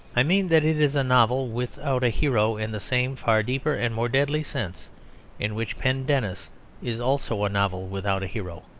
i mean that it is a novel without a hero in the same far deeper and more deadly sense in which pendennis is also a novel without a hero.